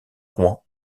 rouen